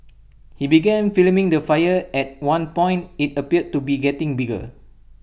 he began filming the fire at one point IT appeared to be getting bigger